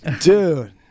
Dude